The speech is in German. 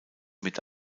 mit